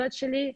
זהו.